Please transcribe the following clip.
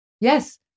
Yes